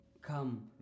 Come